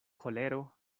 kolero